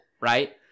right